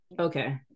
okay